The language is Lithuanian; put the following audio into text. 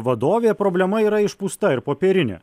vadovė problema yra išpūsta ir popierinė